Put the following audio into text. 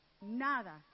nada